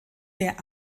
der